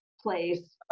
place